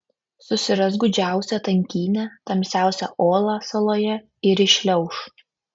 susiras gūdžiausią tankynę tamsiausią olą saloje ir įšliauš